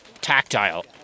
tactile